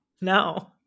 No